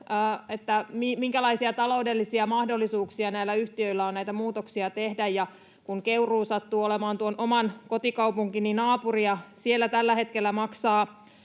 vielä, minkälaisia taloudellisia mahdollisuuksia näillä yhtiöillä on näitä muutoksia tehdä. Keuruu sattuu olemaan oman kotikaupunkini naapuri, ja siellä tällä hetkellä maksaa